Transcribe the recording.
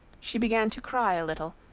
she began to cry a little,